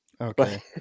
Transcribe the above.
Okay